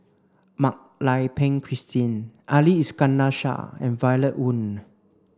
Mak Lai Peng Christine Ali Iskandar Shah and Violet Oon